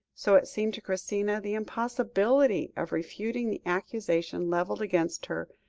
so it seemed to christina, the impossibility of refuting the accusation levelled against her,